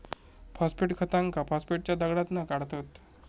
phosphate खतांका फॉस्फेटच्या दगडातना काढतत